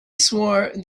swore